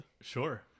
Sure